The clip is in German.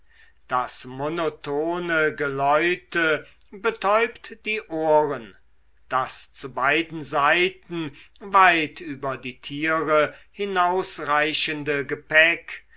das monotone geläute betäubt die ohren das zu beiden seiten weit über die tiere hinausreichende gepäck